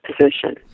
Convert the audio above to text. position